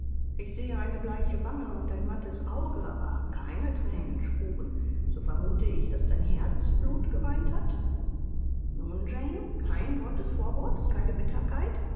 ich sehe eine bleiche wange und ein mattes auge aber keine thränenspur so vermute ich daß dein herz blut geweint hat nun jane kein wort des vorwurfs keine bitterkeit